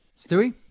Stewie